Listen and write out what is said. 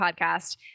Podcast